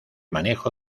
manejo